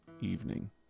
evening